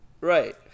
Right